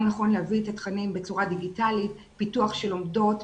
נכון להביא את התכנים בצורה דיגיטלית: פיתוח של לומדות,